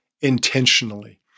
intentionally